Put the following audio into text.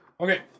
okay